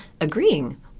agreeing